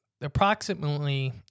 Approximately